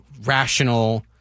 rational